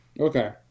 Okay